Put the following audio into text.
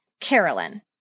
Carolyn